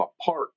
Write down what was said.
apart